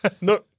No